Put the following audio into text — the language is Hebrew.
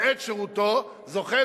בעת שירותו זוכה,